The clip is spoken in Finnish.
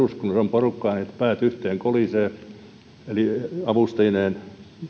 porukkaa niin että päät yhteen kolisevat eli avustajineen